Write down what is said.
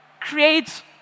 create